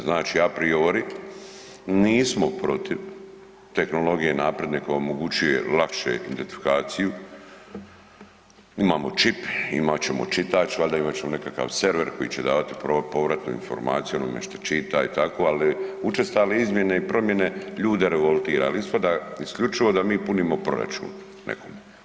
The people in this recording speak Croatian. Znači, a priori nismo protiv tehnologije napredne koja omogućuje lakšu identifikaciju, imamo čip, imat ćemo čitač valjda, imat ćemo nekakav server koji će davati povratnu informaciju onome što čita i tako, ali učestale izmjene i promjene ljude revoltira, al ispada isključivo da mi punimo proračun nekom.